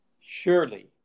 Surely